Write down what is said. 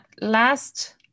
last